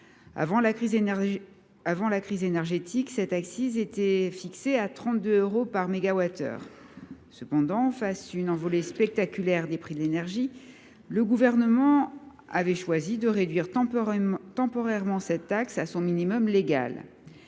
Avant la crise énergétique, l’accise sur l’électricité était fixée à 32 euros par mégawattheure. Cependant, face à l’envolée spectaculaire des prix de l’énergie, le Gouvernement a choisi de réduire temporairement cette taxe à son minimum légal.